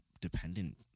dependent